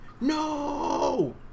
No